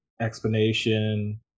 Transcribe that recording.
explanation